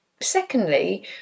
secondly